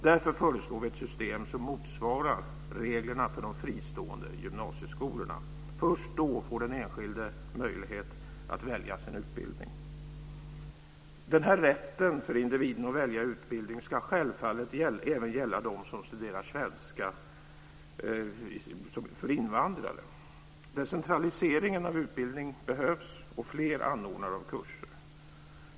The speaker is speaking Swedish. Därför föreslår vi ett system som motsvarar reglerna för de fristående gymnasieskolorna. Först då får den enskilde möjlighet att välja sin utbildning. Rätten för individen att välja utbildning ska självfallet även gälla dem som studerar svenska för invandrare. Decentralisering av utbildningen behövs liksom fler anordnare av kurser.